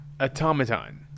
Automaton